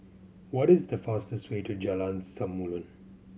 what is the fastest way to Jalan Samulun